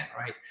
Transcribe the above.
right